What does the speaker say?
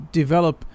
develop